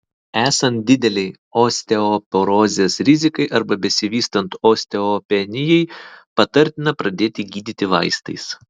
esant didelei osteoporozės rizikai arba besivystant osteopenijai patartina pradėti gydyti vaistais